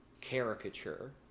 caricature